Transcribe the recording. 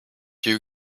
you